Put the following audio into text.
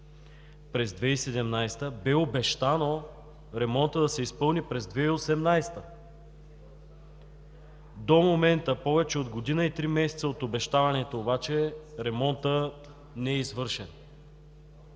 през 2017-а бе обещано ремонтът да се изпълни през 2018 г.! До момента – повече от година и три месеца от обещанието, обаче ремонтът не е извършен.